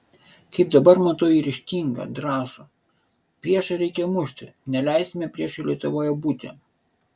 kaip dabar matau jį ryžtingą drąsų priešą reikia mušti neleisime priešui lietuvoje būti